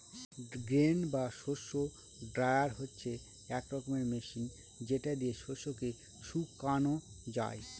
grain বা শস্য dryer হচ্ছে এক রকমের মেশিন যেটা দিয়ে শস্যকে শুকানো যায়